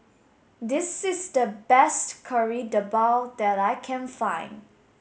this is the best Kari Debal that I can find